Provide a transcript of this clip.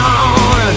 on